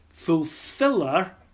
fulfiller